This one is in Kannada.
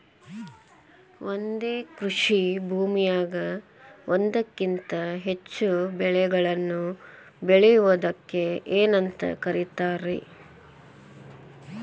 ಒಂದೇ ಕೃಷಿ ಭೂಮಿಯಾಗ ಒಂದಕ್ಕಿಂತ ಹೆಚ್ಚು ಬೆಳೆಗಳನ್ನ ಬೆಳೆಯುವುದಕ್ಕ ಏನಂತ ಕರಿತಾರಿ?